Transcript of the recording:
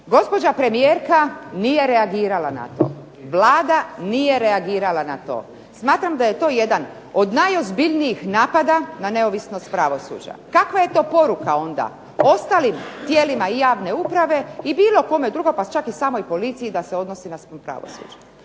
Gospođa premijerka nije reagirala na to. Vlada nije reagirala na to. Smatram da je to jedan od najozbiljnijih napada na neovisnost pravosuđa. Kakva je to poruka onda ostalim tijelima i javne uprave i bilo kome drugom pa čak i samoj policiji da se odnosi na pravosuđe.